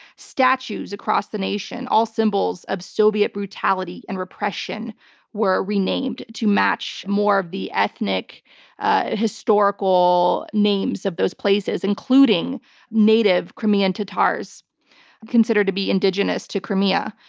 statues across the nation, all symbols of soviet brutality and repression were renamed to match more of the ethnic historical names of those places, including native crimean tatars considered to be indigenous to crimea,